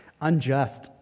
unjust